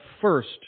first